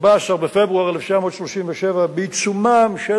14 בפברואר 1937, בעיצומן של